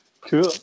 cool